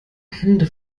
hände